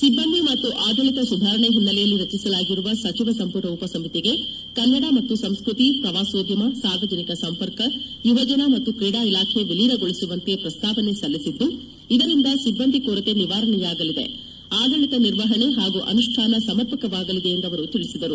ಸಿಬ್ಬಂದಿ ಮತ್ತು ಆದಳಿತ ಸುಧಾರಣೆ ಹಿನ್ನೆಲೆಯಲ್ಲಿ ರಚಿಸಲಾಗಿರುವ ಸಚಿವ ಸಂಪುಟ ಉಪ ಸಮಿತಿಗೆ ಕನ್ನಡ ಮತ್ತು ಸಂಸ್ಕ್ವತಿ ಪ್ರವಾಸೋದ್ಯಮ ಸಾರ್ವಜನಿಕ ಸಂಪರ್ಕ ಯುವಜನ ಮತ್ತು ಕ್ರೀಡಾ ಇಲಾಖೆ ವಿಲೀನಗೊಳಿಸುವಂತೆ ಪ್ರಸ್ತಾವನೆ ಸಲ್ಲಿಸಿದ್ದು ಇದರಿಂದ ಸಿಬ್ಬಂದಿ ಕೊರತೆ ನಿವಾರಣೆಯಾಗಲಿದೆ ಆದಳಿತ ನಿರ್ವಹಣೆ ಹಾಗೂ ಅನುಷ್ಠಾನ ಸಮರ್ಪಕವಾಗಲಿದೆ ಎಂದು ಅವರು ತಿಳಿಸಿದರು